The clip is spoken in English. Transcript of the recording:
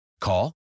Call